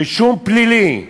רישום פלילי.